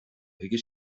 chuige